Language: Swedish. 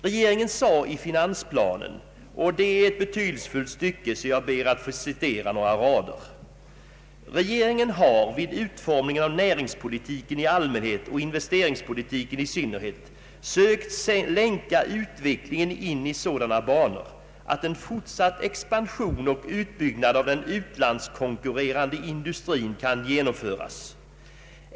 Regeringen sade i finansplanen något som är så betydelsefullt att jag citerar det: ”Regeringen har vid utformningen av näringspolitiken i allmänhet och investeringspolitiken i synnerhet sökt länka utvecklingen in i sådana banor, att en fortsatt expansion och utbyggnad av den utlandskonkurrerande industrin kan genomföras.